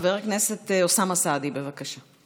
חבר הכנסת אוסאמה סעדי, בבקשה.